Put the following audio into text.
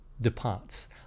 departs